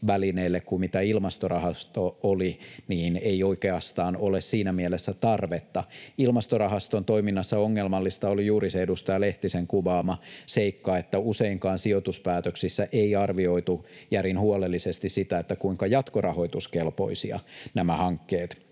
kuin Ilmastorahasto oli, ei oikeastaan ole siinä mielessä tarvetta. Ilmastorahaston toiminnassa ongelmallista oli juuri se edustaja Lehtisen kuvaama seikka, että useinkaan sijoituspäätöksissä ei arvioitu järin huolellisesti sitä, kuinka jatkorahoituskelpoisia nämä hankkeet